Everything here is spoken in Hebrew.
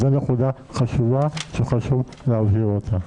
זו נקודה חשובה שחשוב להבהיר אותה.